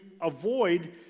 avoid